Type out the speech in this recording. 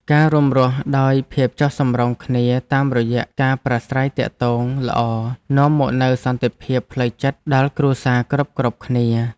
ការរួមរស់ដោយភាពចុះសម្រុងគ្នាតាមរយៈការប្រាស្រ័យទាក់ទងល្អនាំមកនូវសន្តិភាពផ្លូវចិត្តដល់គ្រួសារគ្រប់ៗគ្នា។